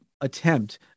attempt